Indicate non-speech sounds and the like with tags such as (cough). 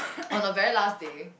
(noise) on the very last day